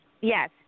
Yes